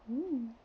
mm